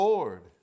Lord